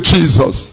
Jesus